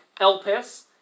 Elpis